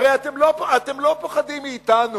הרי אתם לא פוחדים מאתנו,